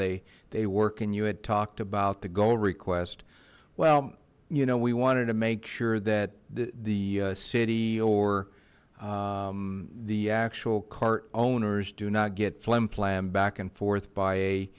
they they work in you had talked about the goal request well you know we wanted to make sure that the city or the actual cart owners do not get flim flam back and forth by